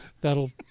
that'll